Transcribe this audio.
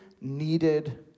needed